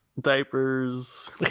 diapers